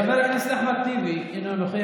חבר הכנסת אחמד טיבי, אינו נוכח.